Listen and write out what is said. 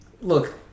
Look